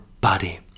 body